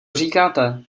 říkáte